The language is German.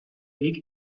weg